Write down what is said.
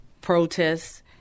protests